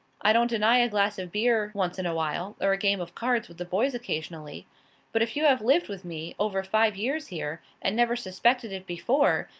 i don't deny a glass of beer once in awhile, or a game of cards with the boys occasionally but if you have lived with me over five years here, and never suspected it before,